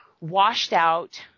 washed-out